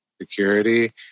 security